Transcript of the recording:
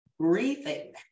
breathing